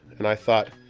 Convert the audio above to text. and i thought,